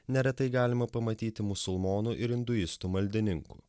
neretai galima pamatyti musulmonų ir induistų maldininkų